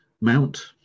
Mount